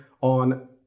on